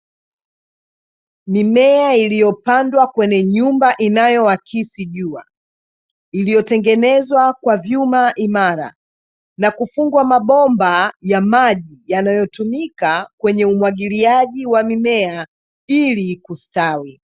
Mimea iliyopandwa kwenye nyumba inayoakisi jua, Iliyotengenezwa kwa vyuma imara na kufungwa mabomba ya maji yanayotumika kwenye umwagiliaji wa mimea ili kustawi.